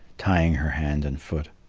tying her hand and foot.